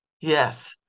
Yes